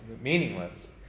meaningless